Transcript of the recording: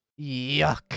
Yuck